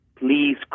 please